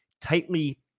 tightly